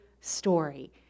story